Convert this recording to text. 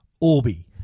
Orbi